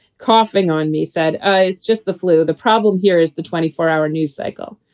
coughing on me, said it's just the flu. the problem here is the twenty four hour news cycle.